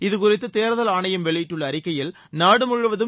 இது குறித்து தேர்தல் ஆணையம் வெளியிட்டுள்ள அறிக்கையில் நாடு முழுவதும்